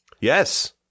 Yes